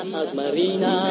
asmarina